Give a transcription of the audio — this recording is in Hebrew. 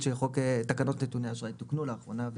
תקנות נתוני אשראי תוקנו לאחרונה,